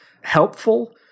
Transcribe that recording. helpful